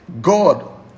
God